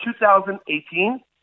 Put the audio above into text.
2018